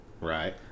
Right